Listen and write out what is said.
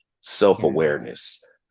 self-awareness